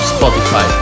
Spotify